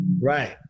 Right